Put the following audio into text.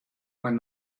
when